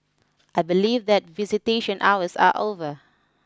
I believe that visitation hours are over